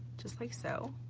just like so.